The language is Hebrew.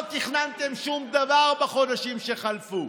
לא תכננתם שום דבר בחודשים שחלפו.